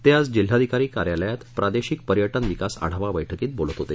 ते आज जिल्हाधिकारी कार्यालयात प्रादेशिक पर्यटन विकास आढावा बैठकीत बोलत होते